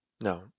No